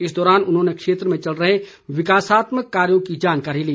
इस दौरान उन्होंने क्षेत्र में चल रहे विकासात्मक कार्यो की जानकारी ली